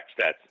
stats